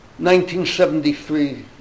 1973